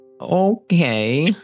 okay